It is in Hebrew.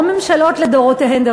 או הממשלות לדורותיהן,